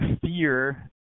fear